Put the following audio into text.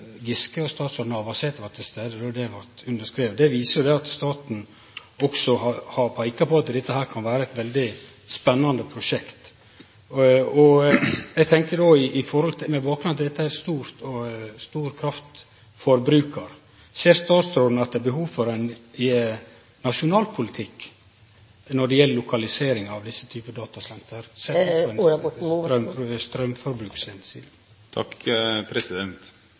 Giske og statsråd Navarsete var til stades då han blei skriven under. Det viser at også staten har peika på at dette kan vere eit veldig spennande prosjekt. Med bakgrunn i at dette er ein stor kraftforbrukar: Ser statsråden at det er behov for ein nasjonal politikk når det gjeld lokalisering av denne typen datasenter, sett ut frå straumforbruksomsyn? La meg bare få sagt at jeg er